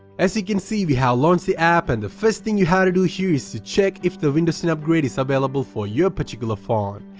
as you can see, we have launched the app and the first thing you have to do here is to check if the windows ten upgrade is available for your particular phone,